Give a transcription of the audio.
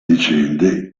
vicende